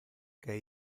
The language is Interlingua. que